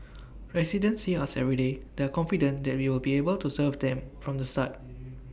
residents see us everyday they are confident that we will be able to serve them from the start